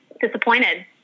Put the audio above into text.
disappointed